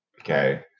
Okay